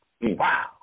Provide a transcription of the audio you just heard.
Wow